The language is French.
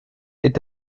est